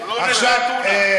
הוא קונה טונה.